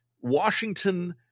Washington